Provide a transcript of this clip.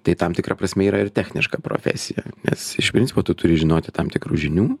tai tam tikra prasme yra ir techniška profesija nes iš principo tu turi žinoti tam tikrų žinių